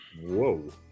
Whoa